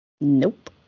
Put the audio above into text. Nope